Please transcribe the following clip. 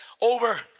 over